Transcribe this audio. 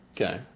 Okay